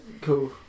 Cool